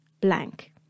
blank